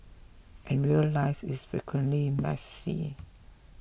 and real life is frequently messy